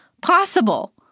possible